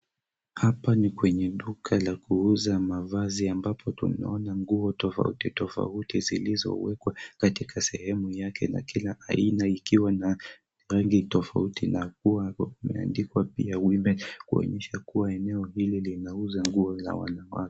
Hapa ni kwenye duka ya kuuza mavazi ambapo tunaona nguo tofauti tofauti zilizowekwa katika sehemu yake na kila aina ikiwa na rangi tofauti llimeandikwa pia women kuonyesha kuwa eneo hilo linauza nguo za wanawake.